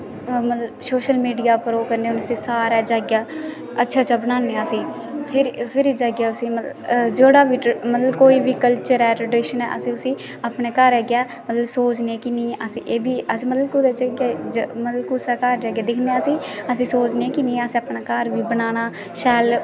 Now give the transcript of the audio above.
ओह् मतलब social media उप्पर ओह् करने होन्ने उसी सारै जाइयै अच्छा अच्छा बनान्ने उसी फिर फिर जाइयै उसी मतलब जेह्ड़ी बी मतलब कोई बी कल्चर ऐ ट्रडिशन ऐ असें उसी अपने घरा आइयै मतलब सोचने कि नेईं अस एह् बी अस मतलब कुदै मतलब कुसै दे घर जाइयै दिक्खने असें अस सोचने कि नेईं अस अपना घर बी बनाना शैल